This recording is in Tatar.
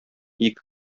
ике